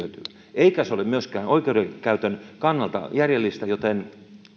eikä se ole myöskään oikeudenkäytön kannalta järjellistä joten